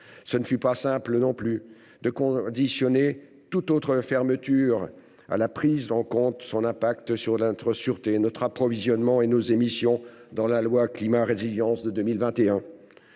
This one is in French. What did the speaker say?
Ce ne fut pas simple, non plus, de conditionner toute autre fermeture à la prise en compte de ses conséquences sur notre sûreté, notre approvisionnement et nos émissions lors de la loi Climat et résilience de 2021.